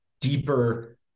deeper